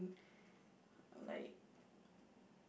like